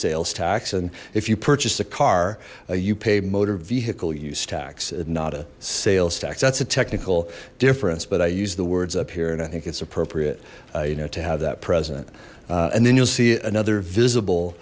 sales tax and if you purchase a car you pay motor vehicle use tax and not a sales tax that's a technical difference but i use the words up here and i think it's appropriate you know to have that president and then you'll see another